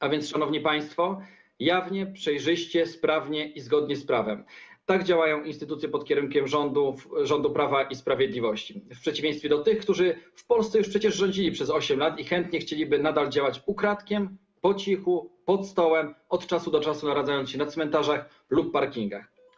A więc, szanowni państwo, jawnie, przejrzyście, sprawnie i zgodnie z prawem działają instytucje pod kierunkiem rządu Prawa i Sprawiedliwości, w przeciwieństwie do instytucji działających pod kierunkiem tych, którzy w Polsce już przecież rządzili przez 8 lat i chętnie chcieliby nadal działać ukradkiem, po cichu, pod stołem, od czasu do czasu naradzając się na cmentarzach lub parkingach.